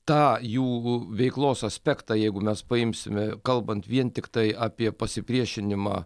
tą jų veiklos aspektą jeigu mes paimsime kalbant vien tiktai apie pasipriešinimą